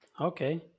Okay